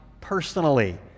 personally